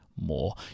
more